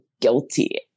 guilty